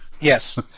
yes